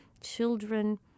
children